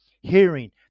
Hearing